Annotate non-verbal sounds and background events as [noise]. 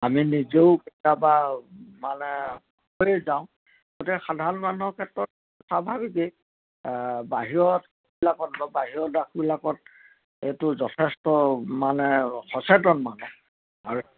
আমি নিজেও কেতিয়াবা মানে পাহৰিয়ে যাওঁ গতিকে সাধাৰণ মানুহৰ ক্ষেত্ৰত স্বাভাৱিকেই বাহিৰত দেশবিলাকত বা বাহিৰৰ দেশবিলাকত এইটো যথেষ্ট মানে সচেতন মানে [unintelligible]